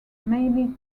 mainly